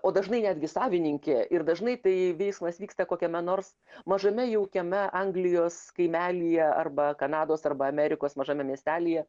o dažnai netgi savininkė ir dažnai tai veiksmas vyksta kokiame nors mažame jaukiame anglijos kaimelyje arba kanados arba amerikos mažame miestelyje